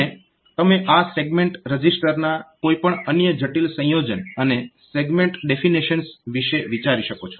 અને તમે આ સેગમેન્ટ રજીસ્ટરના કોઈ પણ અન્ય જટિલ સંયોજન અને સેગમેન્ટ ડેફીનેશન્સ વિશે વિચારી શકો છો